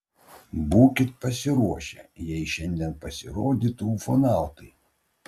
būkit pasiruošę jei šiandien pasirodytų ufonautai